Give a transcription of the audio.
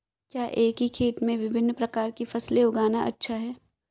क्या एक ही खेत में विभिन्न प्रकार की फसलें उगाना अच्छा है?